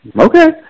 Okay